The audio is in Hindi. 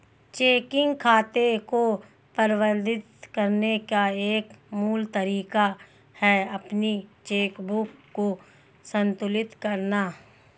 चेकिंग खाते को प्रबंधित करने का एक मूल तरीका है अपनी चेकबुक को संतुलित करना